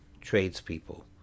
tradespeople